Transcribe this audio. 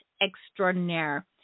extraordinaire